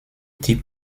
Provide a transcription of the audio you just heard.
types